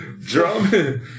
Drum